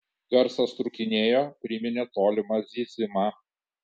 garsas trūkinėjo priminė tolimą zyzimą